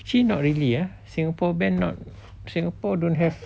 actually not really ah singapore band not singapore don't have